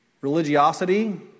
religiosity